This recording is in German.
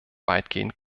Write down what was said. weitgehend